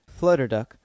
Flutterduck